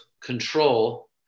control